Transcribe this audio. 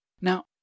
Now